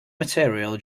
material